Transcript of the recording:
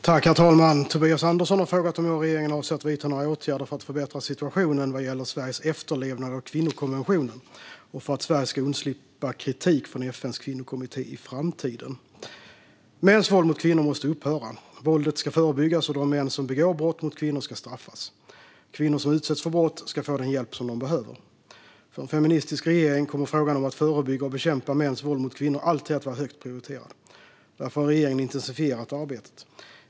Herr talman! Tobias Andersson har frågat om jag och regeringen avser att vidta några åtgärder för att förbättra situationen vad gäller Sveriges efterlevnad av kvinnokonventionen och för att Sverige ska undslippa kritik från FN:s kvinnokommitté i framtiden. Mäns våld mot kvinnor måste upphöra. Våldet ska förebyggas, och de män som begår brott mot kvinnor ska straffas. Kvinnor som utsätts för brott ska få den hjälp de behöver. För en feministisk regering kommer frågan om att förebygga och bekämpa mäns våld mot kvinnor alltid att vara högt prioriterad. Därför har regeringen intensifierat arbetet.